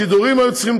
השידורים היו צריכים